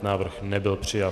Návrh nebyl přijat.